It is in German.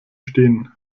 stehen